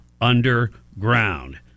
underground